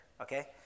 Okay